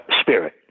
spirit